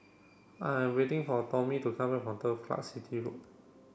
I am waiting for Tommie to come back from Turf Car City Road